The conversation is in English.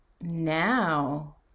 now